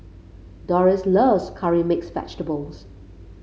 Doris loves Curry Mixed Vegetable